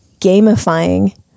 gamifying